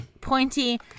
pointy